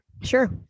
Sure